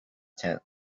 tent